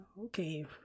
Okay